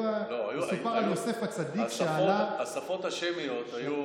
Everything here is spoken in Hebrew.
מסופר על יוסף הצדיק שעלה, השפות השמיות היו